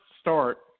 start